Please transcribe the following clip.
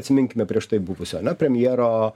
atsiminkime prieš tai buvusio ane premjero